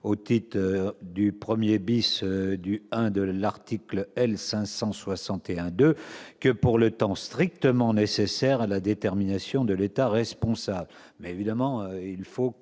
au titre du 1° du I de l'article L. 561-2 que pour le temps strictement nécessaire à la détermination de l'État responsable